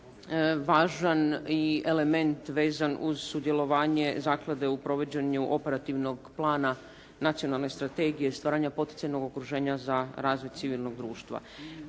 važan i element vezan uz sudjelovanje zaklade u provođenju operativnog plana Nacionalne strategije stvaranja poticajnog okruženja za razvoj civilnog društva.